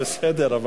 בסדר,